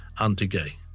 anti-gay